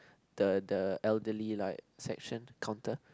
the the elderly like section counter